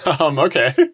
okay